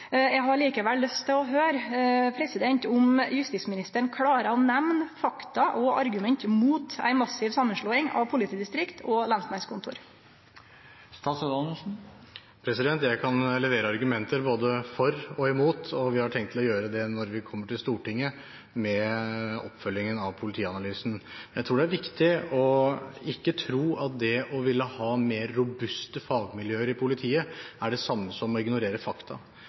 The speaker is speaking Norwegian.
Eg har likevel lyst til å høyre om justisministeren klarar å nemne fakta og argument mot ei massiv samanslåing av politidistrikt og lensmannskontor. Jeg kan levere argumenter både for og imot, og vi har tenkt å gjøre det når vi kommer til Stortinget med oppfølgingen av Politianalysen. Jeg tror det er viktig ikke å tro at det å ville ha mer robuste fagmiljøer i politiet er det samme som å ignorere fakta.